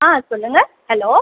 ஆ சொல்லுங்கள் ஹலோ